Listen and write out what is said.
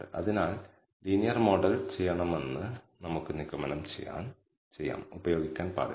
അതിനാൽ β0 0 ആണോ അല്ലയോ എന്ന് പോലും പരിശോധിക്കാൻ നമുക്ക് ഇത്തരത്തിലുള്ള വിശകലനം വിപുലീകരിക്കാം